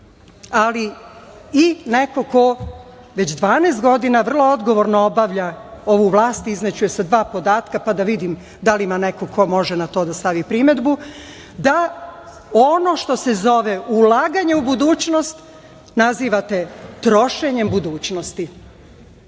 ali i neko ko već 12 godina vrlo odgovorno obavlja ovu vlast, izneću je sa dva podatka, pa da vidim da li neko može na to da stavi primedbu, da ono što se zove „ulaganje u budućnost“ nazivate „trošenjem budućnosti“.Meni